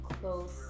close